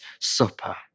Supper